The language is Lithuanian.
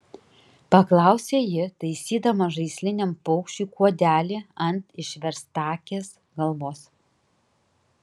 paklausė ji taisydama žaisliniam paukščiui kuodelį ant išverstakės galvos